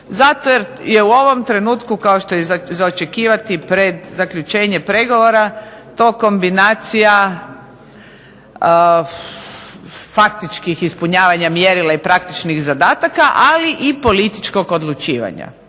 zato jer je u ovom trenutku kao što je i za očekivati pred zaključenje pregovora to kombinacija faktičkih ispunjavanja mjerila i praktičnih zadataka, ali i političkog odlučivanja,